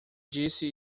disse